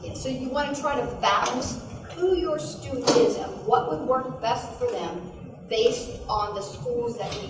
so you want to try to balance who you're student is um what would work best for them based on the schools that